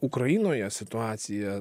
ukrainoje situacija